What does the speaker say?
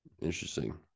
interesting